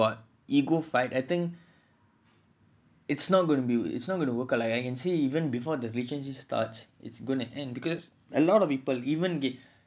it's not gonna be it's going to work or like I can see even before the regency start it's gonna end because a lot of people even get